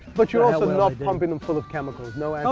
but you're also not pumping them full of chemicals, no